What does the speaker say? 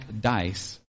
dice